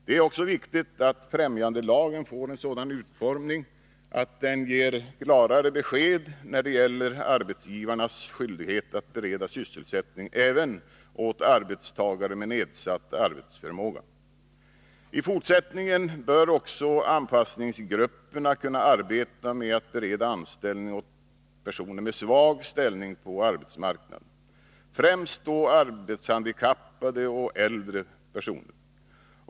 Det är också viktigt att främjandelagen får en sådan utformning att den ger klarare besked när det gäller arbetsgivarnas skyldighet att bereda sysselsättning även åt arbetstagare med nedsatt arbetsförmåga. I fortsättningen bör också anpassningsgrupperna kunna arbeta med att bereda anställning åt personer med svag ställning på arbetsmarknaden, främst då arbetshandikappade och äldre personer.